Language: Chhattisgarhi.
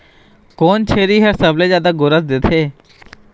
कोन छेरी हर सबले जादा गोरस देथे?